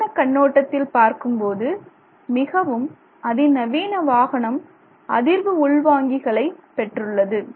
வாகன கண்ணோட்டத்தில் பார்க்கும்போது மிகவும் அதிநவீன வாகனம் அதிர்வு உள்வாங்கிகளையும் பெற்றுள்ளது